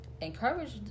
encourage